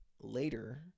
later